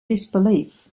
disbelief